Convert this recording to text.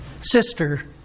sister